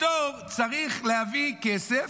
לפטור צריך להביא כסף,